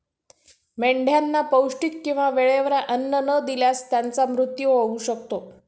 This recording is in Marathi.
मेंढ्यांना पौष्टिक किंवा वेळेवर अन्न न दिल्यास त्यांचा मृत्यू होऊ शकतो